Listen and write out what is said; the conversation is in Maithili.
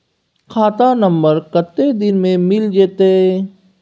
खाता नंबर कत्ते दिन मे मिल जेतै?